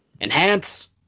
enhance